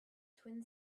twin